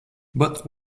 but